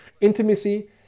intimacy